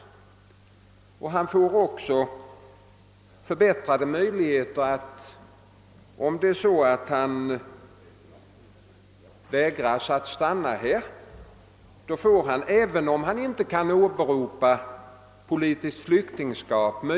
Och om flyktingen inte får stanna här, får han ändå förbättrade möjligheter att överklaga och få sitt ärende prövat, även om han inte kan åberopa politiskt flyktingskap.